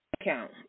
account